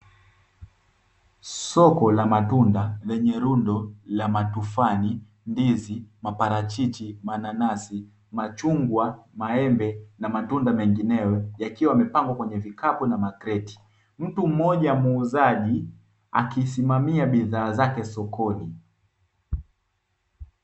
Soko la matunda lenye rundo la matufani, ndizi, maparachichi, mananasi, machungwa, maembe na matunda menginewe yakiwa yamepangwa kwenye vikapu na makreti. Mtu mmoja muuzaji akisimamia bidhaa zake sokoni.